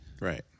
Right